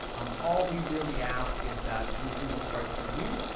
um all we really ask is that you do what's right for you,